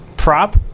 Prop